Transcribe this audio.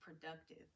productive